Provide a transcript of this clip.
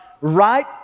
right